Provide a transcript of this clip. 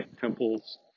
temples